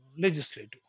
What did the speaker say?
legislative